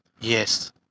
Yes